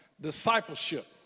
discipleship